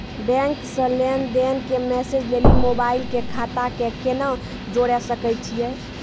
Bank से लेंन देंन के मैसेज लेली मोबाइल के खाता के केना जोड़े सकय छियै?